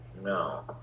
No